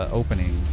opening